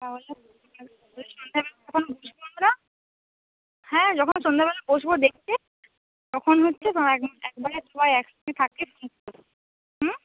তাহলে আমরা হ্যাঁ যখন সন্ধ্যাবেলা বসব দেখতে তখন হচ্ছে একবারে সবাই একসঙ্গে হুম